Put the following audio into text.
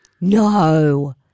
No